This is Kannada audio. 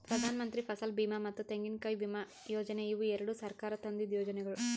ಪ್ರಧಾನಮಂತ್ರಿ ಫಸಲ್ ಬೀಮಾ ಮತ್ತ ತೆಂಗಿನಕಾಯಿ ವಿಮಾ ಯೋಜನೆ ಇವು ಎರಡು ಸರ್ಕಾರ ತಂದಿದ್ದು ಯೋಜನೆಗೊಳ್